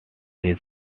his